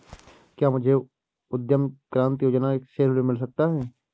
क्या मुझे उद्यम क्रांति योजना से ऋण मिल सकता है?